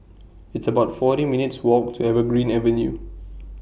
It's about forty minutes' Walk to Evergreen Avenue